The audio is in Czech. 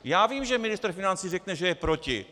Já vím, že ministr financí řekne, že je proti.